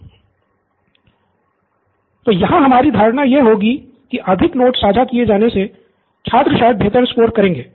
नितिन तो यहाँ हमारी धारणा यह होगी कि अधिक नोट्स साझा किए जाने से छात्र शायद बेहतर स्कोर करेंगे